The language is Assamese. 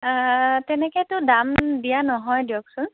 তেনেকৈতো দাম দিয়া নহয় দিয়কচোন